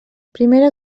primera